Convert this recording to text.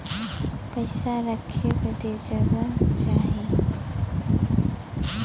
पइसा रखे बदे जगह चाही